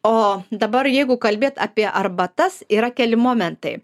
o dabar jeigu kalbėt apie arbatas yra keli momentai